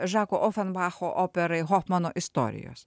žako ofenbacho operai hofmano istorijos